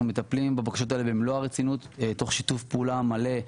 אנחנו מטפלים בבקשות האלה במלוא הרצינות תוך שיתוף פעולה מלא,